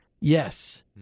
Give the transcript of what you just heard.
yes